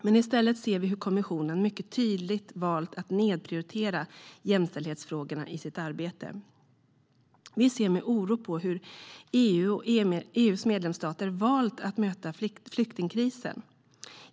Men i stället ser vi hur kommissionen mycket tydligt valt att nedprioritera jämställdhetsfrågorna i sitt arbete. Vi ser med oro på hur EU och EU:s medlemsstater valt att möta flyktingkrisen.